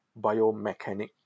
biomechanic